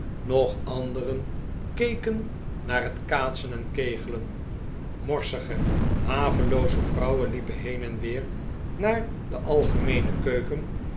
nog anderen keken naar het kaatsen en kegelen morsige havelooze vrouwen liepen heen en weer naar de algemeene keuken